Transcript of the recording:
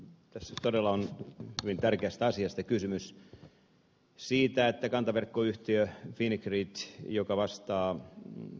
tässä todella on hyvin tärkeästä asiasta kysymys siitä että kantaverkkoyhtiö pieni karitsa joka vastaa niin